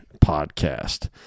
podcast